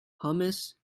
hummus